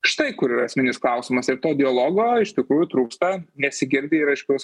štai kur yra esminis klausimas ir to dialogo iš tikrųjų trūksta nesigirdi ir aiškaus